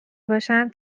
باشم